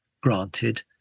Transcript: granted